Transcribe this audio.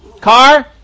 Car